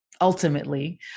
ultimately